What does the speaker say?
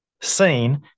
seen